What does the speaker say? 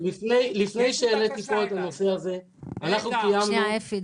לפני שהעליתי פה את הנושא הזה אנחנו -- שנייה אפי,